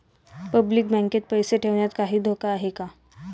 Public बँकेत पैसे ठेवण्यात काही धोका आहे का?